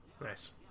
Nice